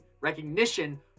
recognition